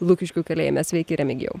lukiškių kalėjime sveiki remigijau